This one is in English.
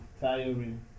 tiring